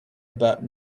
about